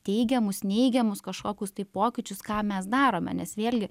teigiamus neigiamus kažkokius tai pokyčius ką mes darome nes vėlgi